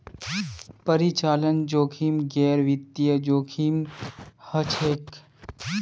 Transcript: परिचालन जोखिम गैर वित्तीय जोखिम हछेक